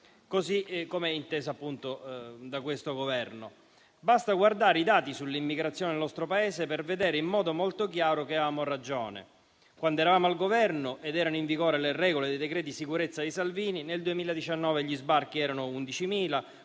così come inteso da questo Governo. Basta guardare i dati sull'immigrazione nel nostro Paese per vedere in modo molto chiaro che avevamo ragione. Quando eravamo al Governo, ed erano in vigore le regole dei decreti sicurezza di Salvini, nel 2019 gli sbarchi erano 11.000;